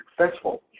successful